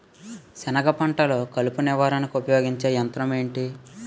సెనగ పంటలో కలుపు నివారణకు ఉపయోగించే యంత్రం ఏంటి?